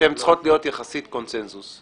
הן צריכות להיות, יחסית, קונצנזוס.